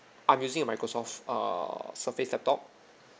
I'm using a microsoft err surface laptop